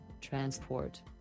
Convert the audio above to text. transport